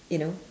you know